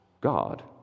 God